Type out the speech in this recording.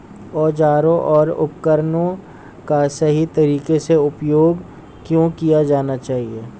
औजारों और उपकरणों का सही तरीके से उपयोग क्यों किया जाना चाहिए?